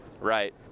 Right